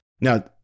Now